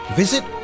visit